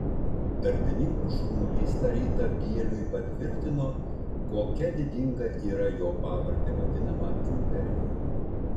darbininkų šurmulys tą rytą bieliui patvirtino kokia didinga yra jo pavarde vadinama imperija